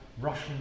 Russian